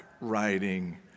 writing